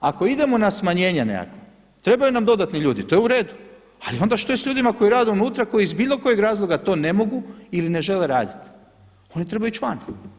Ako idemo na smanjenje nekakvo, trebaju nam dodatni ljudi to je uredu, ali onda šta je s ljudima koji rade unutra koji iz bilo kojeg razloga to ne mogu ili ne žele raditi, oni trebaju ići van.